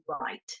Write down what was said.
right